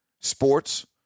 sports